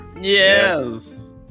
Yes